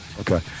Okay